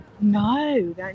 No